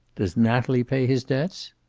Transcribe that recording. does natalie pay his debts?